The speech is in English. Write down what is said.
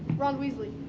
ron weasley.